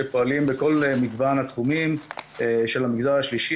שפועלים בכל מגוון התחומים של המגזר השלישי